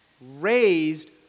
raised